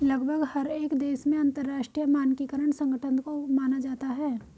लगभग हर एक देश में अंतरराष्ट्रीय मानकीकरण संगठन को माना जाता है